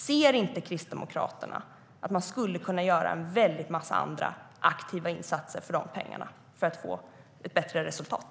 Ser inte Kristdemokraterna att man skulle kunna göra en väldig massa andra aktiva insatser för de pengarna för att få ett bättre resultat?